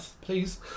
Please